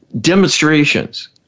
demonstrations